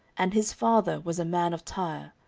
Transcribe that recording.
and his father was a man of tyre,